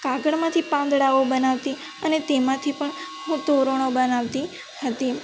કાગળમાંથી પાંદડાઓ બનાવતી અને તેમાંથી પણ હું તોરણો બનાવતી હતી